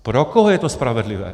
Pro koho je to spravedlivé?